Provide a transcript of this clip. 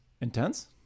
Intense